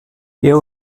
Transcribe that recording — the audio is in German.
wir